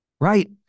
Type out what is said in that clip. right